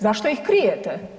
Zašto ih krijete?